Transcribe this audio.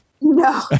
No